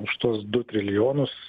už tuos du trilijonus